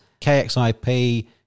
KXIP